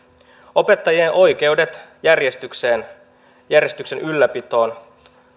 opettajien oikeudet järjestyksen järjestyksen ylläpitoon